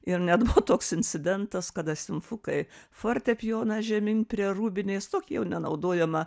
ir net buvo toks incidentas kada simfukai fortepijoną žemyn prie rūbinės tokį jau nenaudojamą